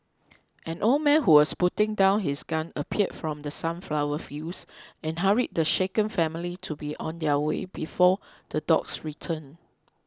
an old man who was putting down his gun appeared from the sunflower fields and hurried the shaken family to be on their way before the dogs return